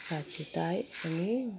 পাচ্ছি তাই আমি